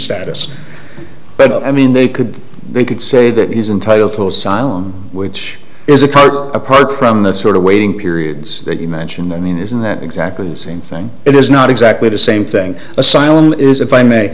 status but i mean they could they could say that he's entitled to asylum which is a card apart from the sort of waiting periods that you mentioned i mean isn't that exactly the same thing it is not exactly the same thing asylum is if i may